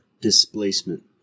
Displacement